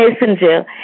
messenger